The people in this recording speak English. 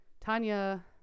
tanya